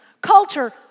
Culture